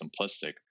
simplistic